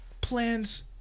plans